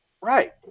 Right